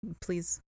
Please